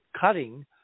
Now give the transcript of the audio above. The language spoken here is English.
cutting